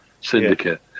syndicate